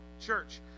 church